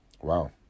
Wow